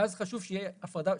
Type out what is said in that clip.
ואז חשוב שתהיה הפרדה.